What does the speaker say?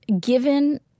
given